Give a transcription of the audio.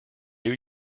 new